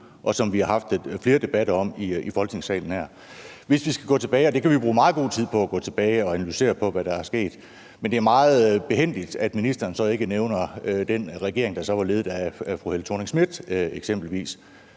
og som vi har haft flere debatter om i Folketingssalen. Vi kan gå tilbage. Vi kan bruge meget god tid på at gå tilbage og analysere, hvad der er sket. Men det er meget behændigt, at ministeren så ikke nævner den regering, der var ledet af fru Helle Thorning-Schmidt eksempelvis.